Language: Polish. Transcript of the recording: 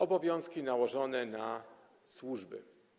Obowiązki nałożone na służby.